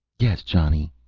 yes, johnny,